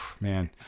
man